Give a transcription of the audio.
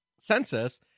census